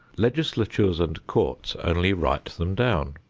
legislatures and courts only write them down.